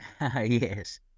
Yes